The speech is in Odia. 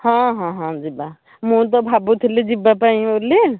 ହଁ ହଁ ହଁ ଯିବା ମୁଁ ତ ଭାବୁଥିଲି ଯିବାପାଇଁ ବୋଲି